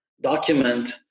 document